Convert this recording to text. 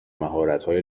مهارتهای